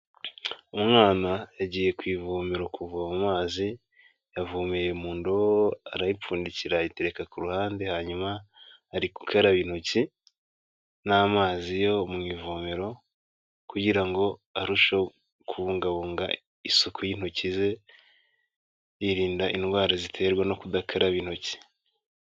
Umwana yagiye ku ivomero kuvoma amazi, yavomeye mu ndobo arayipfundikira ayitereka kuruhande, hanyuma ari gukaraba intoki n'amazi yo mu ivomero, kugira ngo arusheho kubungabunga isuku y'intoki ze, yirinda indwara ziterwa no kudakaraba intoki.